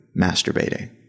masturbating